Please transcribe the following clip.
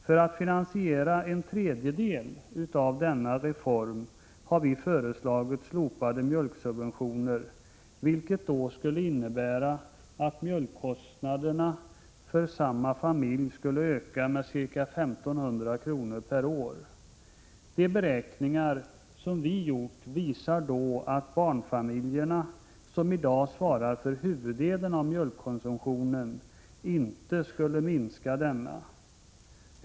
För att finansiera en tredjedel av denna reform har vi föreslagit slopade mjölksubventioner, vilket skulle innebära att mjölkkostnaderna för samma familj ökar med ca 1 500 kr. per år. De beräkningar som vi har gjort visar att barnfamiljerna — som ij dag svarar för huvuddelen av mjölkkonsumtionen — inte skulle minska denna.